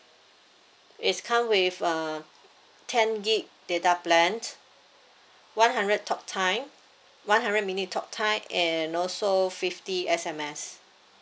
is come with uh ten gig data plan one hundred talktime one hundred minute talktime and also fifty S_M_S